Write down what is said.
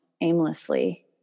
aimlessly